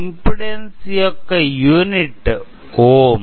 impedance యొక్క unit ohm